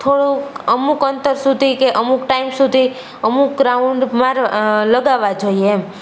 થોડુંક અમુક અંતર સુધી કે અમુક ટાઇમ સુધી અમુક રાઉન્ડ માર લગાવવા જોઈએ એમ